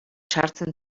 sartzen